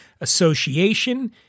Association